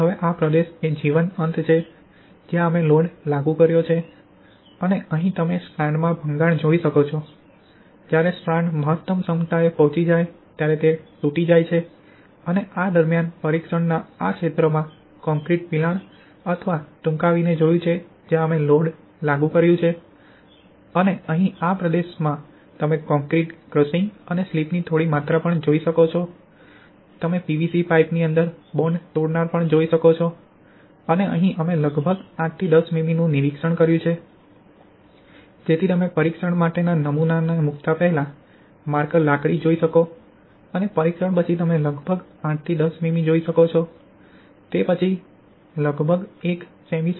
તેથી હવે આ પ્રદેશ એ જીવંત અંત છે જ્યાં અમે લોડ લાગુ કર્યો છે અને અહીં તમે સ્ટ્રાન્ડમાં ભંગાણ જોઈ શકો છો જ્યારે સ્ટ્રાન્ડ મહત્તમ ક્ષમતાએ પહોંચી જાય ત્યારે તે તૂટી ગઈ છે અને આ દરમિયાન પરીક્ષણના આ ક્ષેત્રમાં કોંક્રિટ પિલાણ અથવા ટૂંકાવીને જોયું છે જ્યાં અમે લોડ લાગુ કર્યું છે અને અહીં આ પ્રદેશમાં તમે કોંક્રિટ ક્રશિંગ અને સ્લિપની થોડી માત્રા પણ જોઈ શકો છો તમે પીવીસી પાઇપની અંદર બોન્ડ તોડનાર પણ જોઈ શકો છો અને અહીં અમે લગભગ 8 થી 10 મીમીનું નિરીક્ષણ કર્યું છે જેથી તમે પરીક્ષણ માટે નમુના મૂકતા પહેલા માર્કર લાકડી જોઈ શકો અને પરીક્ષણ પછી તમે લગભગ 8 થી 10 મીમી જોઇ શકો છો તે પછી લગભગ 1 સે